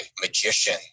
magician